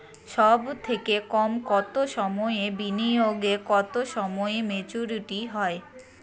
সবথেকে কম কতো সময়ের বিনিয়োগে কতো সময়ে মেচুরিটি হয়?